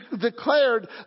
declared